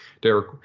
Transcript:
Derek